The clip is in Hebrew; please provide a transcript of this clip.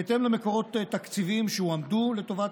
בהתאם למקורות תקציביים שהועמדו לטובת